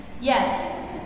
Yes